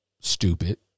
stupid